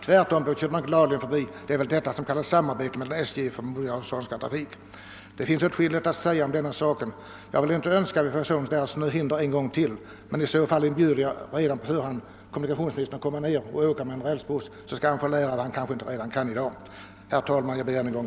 Nej, bussen kör gladeligen förbi. Det är väl detta som kallas samarbete mellan SJ och vederbörande trafikbolag. Det finns åtskilligt att säga om denna sak. Jag vill inte önska att vi än en gång skall få en sådan snövinter som vi haft nu. Men om det ändå blir en sådan vinter igen inbjuder jag kommunikationsministern att komma ned till Skåne och åka med en rälsbuss. Då får han erfarenheter som han kanske inte har i dag.